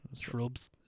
shrubs